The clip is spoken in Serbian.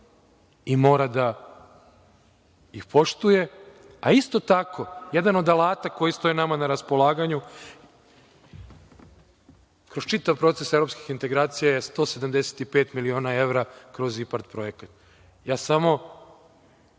i mora da ih poštuje, a isto tako jedan od alata koji stoji nama na raspolaganju kroz čitav proces evropskih integracija je 175.000.000 evra kroz IPARD projekat. Ja samo